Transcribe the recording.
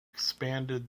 expanded